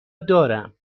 دارم